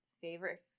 favorite